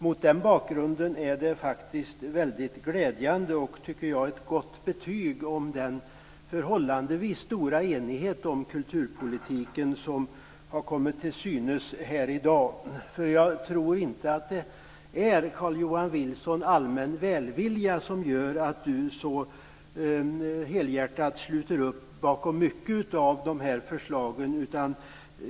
Mot den bakgrunden är det faktiskt mycket glädjande och ett gott betyg att en förhållandevis stor enighet om kulturpolitiken har framkommit här i dag. Jag tror inte att det är allmän välvilja som gör att Carl-Johan Wilson så helhjärtat sluter upp bakom många av dessa förslag.